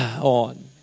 on